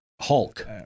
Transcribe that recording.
Hulk